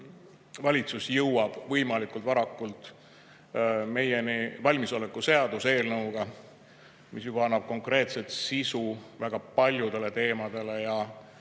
valitsus jõuab võimalikult varakult meie ette valmisolekuseaduse eelnõuga, mis annab konkreetse sisu väga paljudele teemadele.